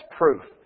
proof